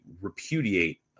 repudiate